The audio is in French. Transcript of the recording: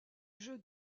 jeu